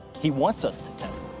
he wants us to test